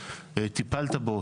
טיפלת בו,